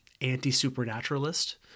anti-supernaturalist